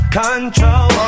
control